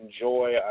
enjoy